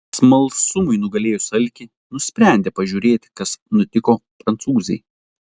smalsumui nugalėjus alkį nusprendė pažiūrėti kas nutiko prancūzei